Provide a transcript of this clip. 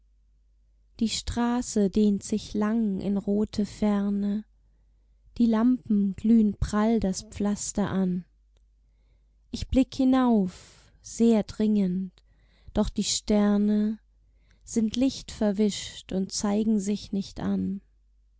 die straße dehnt sich lang in rote ferne die lampen glühen prall das pflaster an ich blick hinauf sehr dringend doch die sterne sind lichtverwischt und zeigen sich nicht an